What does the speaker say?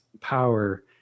power